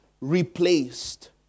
replaced